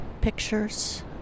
pictures